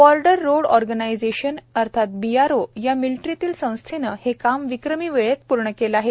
border road organisation या मिलिटरीतील संस्थेने हे काम विक्रमी वेळात पूर्ण केले आहे